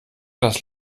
das